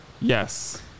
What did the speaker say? yes